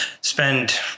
spend